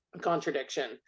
contradiction